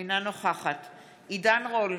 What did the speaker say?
אינה נוכחת עידן רול,